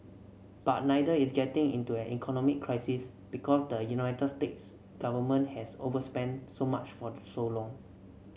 but neither is getting into an economic crisis because the United States government has overspent so much for so long